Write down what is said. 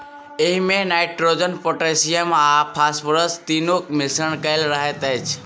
एहिमे nitrogen, potassium आ phosphorus तीनूक मिश्रण कएल रहैत अछि